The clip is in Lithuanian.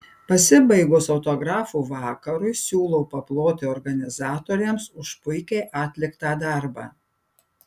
pasibaigus autografų vakarui siūlau paploti organizatoriams už puikiai atliktą darbą